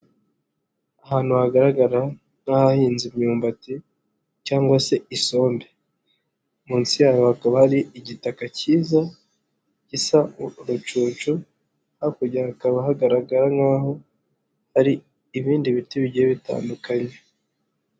Ahantu hagaragara nk'ahahinze imyumbati cyangwa se isombe, munsi yaho hakaba hari igitaka cyiza gisa urucucu, hakurya hakaba hagaragara nk'aho hari ibindi biti bigiye bitandukanye.